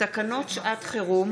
תקנות שעת חירום